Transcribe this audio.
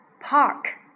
park